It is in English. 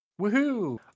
Woohoo